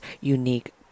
unique